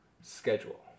schedule